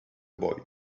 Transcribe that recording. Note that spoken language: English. boy